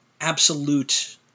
absolute